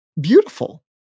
beautiful